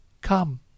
Come